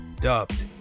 dubbed